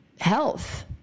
health